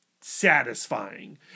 satisfying